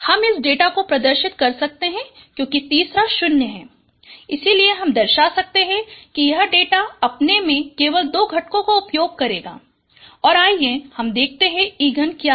हम इस डेटा को प्रदर्शित कर सकते हैं क्योंकि तीसरा 0 है इसलिए हम दर्शा सकते हैं कि यह डेटा अपने में केवल दो घटकों का उपयोग करेगा और आइए हम देखते हैं कि इगन क्या है